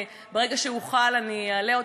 ברגע שאוכל אני אעלה אותה,